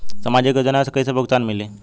सामाजिक योजना से कइसे भुगतान मिली?